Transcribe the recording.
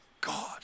God